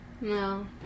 no